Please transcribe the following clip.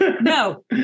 No